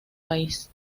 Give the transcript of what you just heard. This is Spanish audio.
país